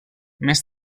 més